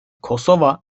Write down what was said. kosova